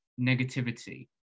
negativity